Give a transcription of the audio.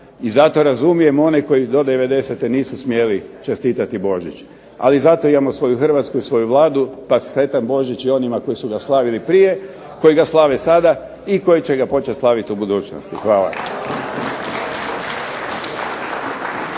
i zato razumijem one koji do '90. nisu smjeli čestitati Božić. Ali zato imamo svoju Hrvatsku i svoju Vladu pa sretan Božić i onima koji su ga slavili prije, koji ga slave sada i koji će ga počet slavit u budućnosti. Hvala.